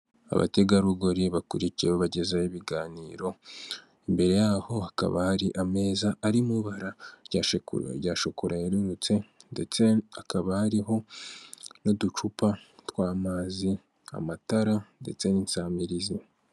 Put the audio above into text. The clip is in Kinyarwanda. Abategarugori bakurikiyeho bagezaho ibiganiro imbere yaho hakaba hari ameza arimo ibara rya sheku rya shokora yarurutse ndetse hakaba hariho n'uducupa tw'amazi amatara ndetse n'insamizi.